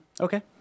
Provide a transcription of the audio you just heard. Okay